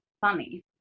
funny